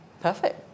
Perfect